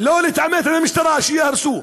לא להתעמת עם המשטרה, שיהרסו.